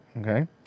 Okay